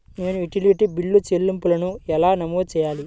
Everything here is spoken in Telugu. నేను యుటిలిటీ బిల్లు చెల్లింపులను ఎలా నమోదు చేయాలి?